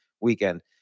weekend